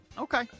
Okay